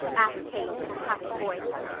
asked kate in a hushed voice.